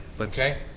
Okay